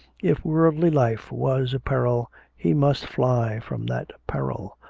if worldly life was a peril he must fly from that peril,